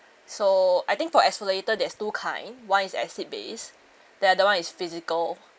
so I think for exfoliator there's two kinds one is acid based the other [one] is physical